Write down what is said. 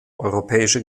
europäischer